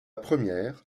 première